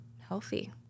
healthy